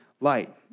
light